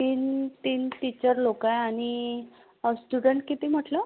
तीन तीन टीचर लोक आहे आणि स्टुडंट किती म्हटलं